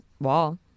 wall